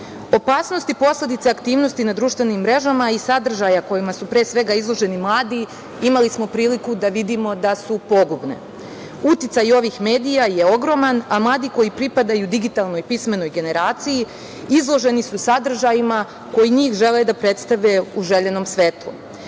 govorimo. Opasnosti posledice aktivnosti na društvenim mrežama i sadržaja kojima su pre svega izloženi mladi imali smo priliku da vidimo da su pogubne. Uticaj ovih medija je ogroman, a mladi koji pripadaju digitalnoj pismenoj generaciji izloženi su sadržajima koji njih žele da predstave u željenom svetlu.